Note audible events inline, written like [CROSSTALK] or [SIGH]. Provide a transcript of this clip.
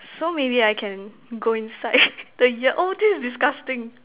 so maybe I can go inside [NOISE] the ear oh this is disgusting